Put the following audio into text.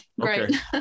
great